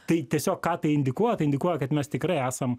tai tiesiog ką tai indikuota tai indikuoja kad mes tikrai esam